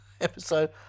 episode